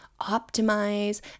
optimize